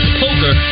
poker